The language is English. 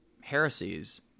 heresies